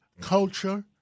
culture